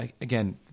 again